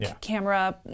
camera